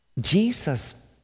Jesus